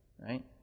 Right